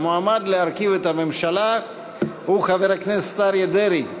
המועמד להרכיב את הממשלה הוא חבר הכנסת אריה דרעי.